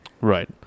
Right